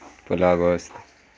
پلاؤ گوشت